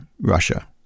Russia